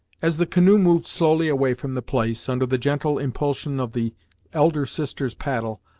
as the canoe moved slowly away from the place, under the gentle impulsion of the elder sister's paddle,